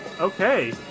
Okay